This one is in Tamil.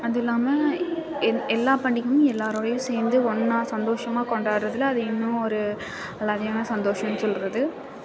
அதுவும் இல்லாமல் எல்லா பண்டிகையும் எல்லோரோடையும் சேர்ந்து ஒன்னாக சந்தோஷமாக கொண்டாடுறதுல அது இன்னும் ஒரு அலாதியான சந்தோஷம்னு சொல்கிறது